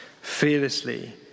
fearlessly